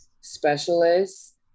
specialists